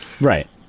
right